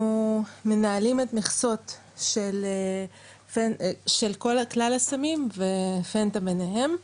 מנהלים את מכסות של כלל הסמים ופנטה ביניהם.